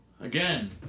Again